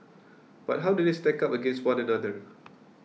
but how do they stack up against one another